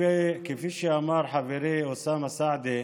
כפי שאמר חברי אוסאמה סעדי,